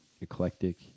eclectic